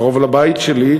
קרוב לבית שלי,